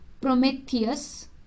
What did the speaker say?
Prometheus